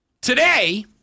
Today